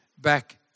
back